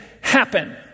happen